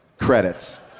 Credits